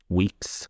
weeks